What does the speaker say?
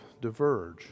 diverge